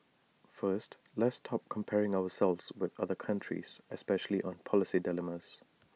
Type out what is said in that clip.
first let's stop comparing ourselves with other countries especially on policy dilemmas